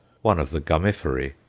one of the gummiferae.